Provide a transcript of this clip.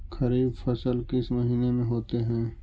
खरिफ फसल किस महीने में होते हैं?